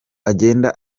agenda